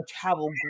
travel